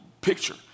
picture